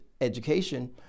education